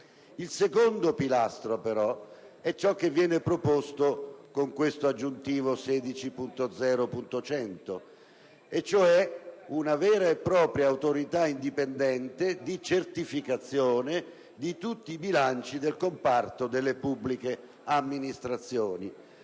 Il secondo pilastro, però, è ciò che viene proposto con l'emendamento aggiuntivo 16.0.100 e cioè una vera e propria Autorità indipendente di certificazione di tutti i bilanci del comparto delle pubbliche amministrazioni,